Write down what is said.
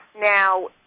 Now